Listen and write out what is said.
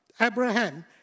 Abraham